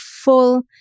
full